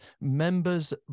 member's